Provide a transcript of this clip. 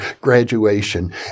graduation